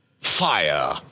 Fire